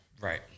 Right